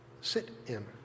sit-in